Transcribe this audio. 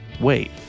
wait